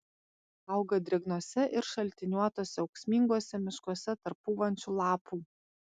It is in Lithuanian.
auga drėgnuose ir šaltiniuotuose ūksminguose miškuose tarp pūvančių lapų